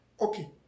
okay